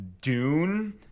dune